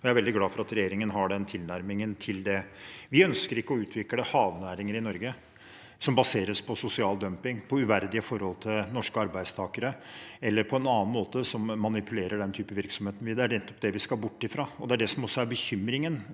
Jeg er veldig glad for at regjeringen har den tilnærmingen til det. Vi ønsker ikke å utvikle havnæringer i Norge som baseres på sosial dumping, på uverdige forhold for norske arbeidstakere eller som på en annen måte manipulerer den type virksomhet. Det er nettopp det vi skal bort fra. Det er det som også er mye av bekymringen